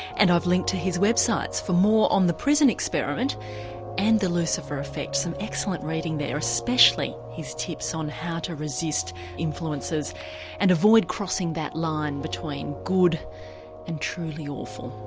and i've linked to his website for more on the prison experiment and the lucifer effect, some excellent reading there especially his tips on how to resist influences and avoid crossing that line between good and truly awful.